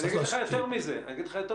אגיד לך יותר מזה.